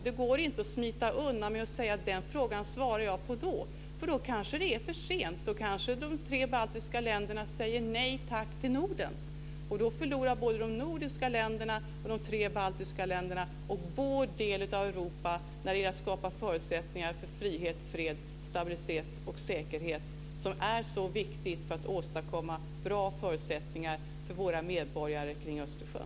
Det går inte att smita undan med att säga att den frågan svarar jag på då, för då kanske det är för sent. Då kanske de tre baltiska länderna säger nej tack till Norden. Då förlorar såväl de nordiska länderna som de tre baltiska länderna och vår del av Europa när det gäller att skapa förutsättningar för frihet, fred, stabilitet och säkerhet, som är så viktigt för att åstadkomma bra förutsättningar för våra medborgare kring Östersjön.